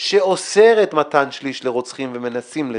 שאוסרת מתן שליש לרוצחים ומנסים לרצוח.